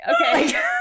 Okay